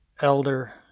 elder